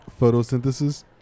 Photosynthesis